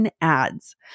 ads